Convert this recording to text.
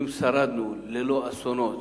אם שרדנו ללא אסונות